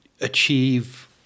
achieve